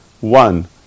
One